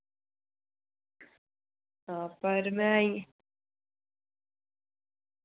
आं पर में